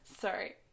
Sorry